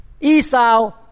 Esau